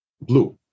blue